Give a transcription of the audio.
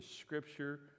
scripture